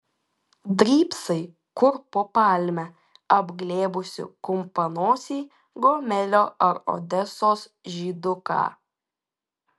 drybsai kur po palme apglėbusi kumpanosį gomelio ar odesos žyduką